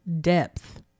depth